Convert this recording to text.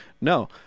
No